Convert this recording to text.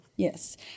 Yes